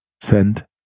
Send